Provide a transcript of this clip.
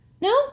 No